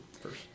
first